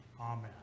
Amen